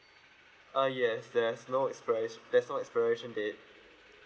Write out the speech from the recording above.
ah yes there's no expirati~ there's no expiration date